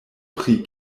pri